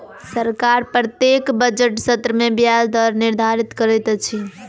सरकार प्रत्येक बजट सत्र में ब्याज दर निर्धारित करैत अछि